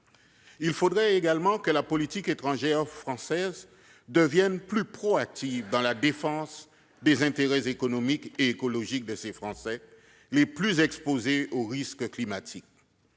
Il faudrait également que la politique étrangère française devienne plus proactive dans la défense des intérêts économiques et écologiques de ces Français, les plus exposés aux risques climatiques.